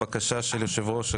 אין הבקשה אושרה.